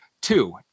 Two